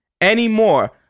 anymore